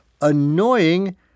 annoying